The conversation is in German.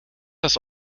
das